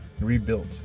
rebuilt